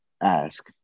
ask